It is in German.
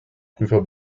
prüfer